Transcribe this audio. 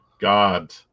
god